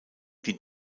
die